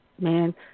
Man